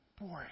boy